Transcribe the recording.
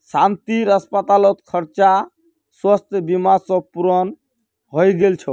शांतिर अस्पताल खर्च स्वास्थ बीमा स पूर्ण हइ गेल छ